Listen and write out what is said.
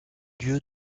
lieu